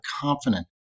confident